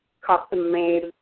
custom-made